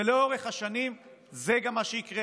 ולאורך השנים, זה גם מה שיקרה.